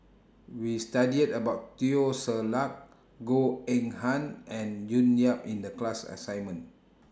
We studied about Teo Ser Luck Goh Eng Han and June Yap in The class assignment